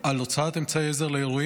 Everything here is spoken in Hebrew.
על הוצאת אמצעי עזר לאירועים,